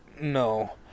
no